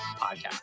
Podcast